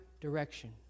direction